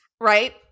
Right